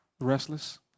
restless